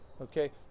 Okay